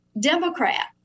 democrat